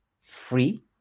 free